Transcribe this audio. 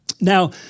Now